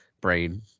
brain